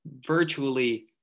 virtually